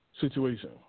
situation